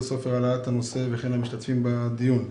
סופר על העלאת הנושא וכן למשתתפים בדיון.